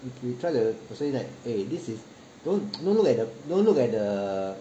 we we try to persuade him that eh this is don't don't look at the don't look at the err